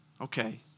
Okay